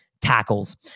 tackles